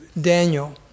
Daniel